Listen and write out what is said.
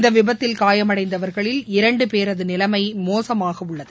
இந்த விபத்தில் காயமடைந்தவர்களில் இரண்டு பேரது நிலைமை மோசமாக உள்ளது